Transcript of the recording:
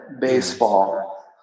baseball